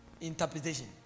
interpretation